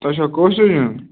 تۄہہِ چھوا کٲشرُے نیُن